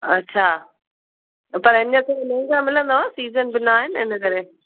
अच्छा पर हीअंर छा महांगा मिलंदव सीज़न न आहे न इन करे